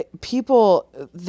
People